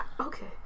okay